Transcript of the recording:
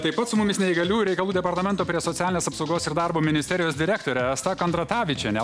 taip pat su mumis neįgaliųjų reikalų departamento prie socialinės apsaugos ir darbo ministerijos direktorė asta kandratavičienė